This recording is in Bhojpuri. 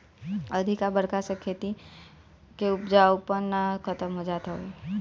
अधिका बरखा से खेती के उपजाऊपना खतम होत जात हवे